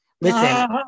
Listen